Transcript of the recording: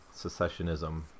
secessionism